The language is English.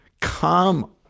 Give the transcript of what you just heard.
Come